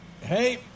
Hey